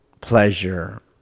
pleasure